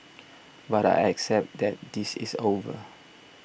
but I accept that this is over